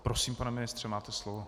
Prosím, pane ministře, máte slovo.